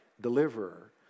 deliverer